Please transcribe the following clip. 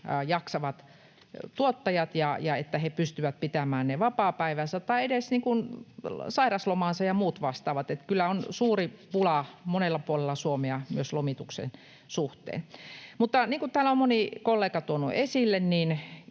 jaksavat tuottajat, että he pystyvät pitämään ne vapaapäivänsä tai edes sairaslomansa ja muut vastaavat. Eli kyllä on suuri pula monella puolella Suomea myös lomituksen suhteen. Niin kuin täällä on moni kollega tuonut esille,